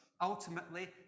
ultimately